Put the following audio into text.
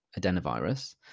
adenovirus